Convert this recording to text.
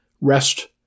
rest